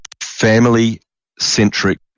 family-centric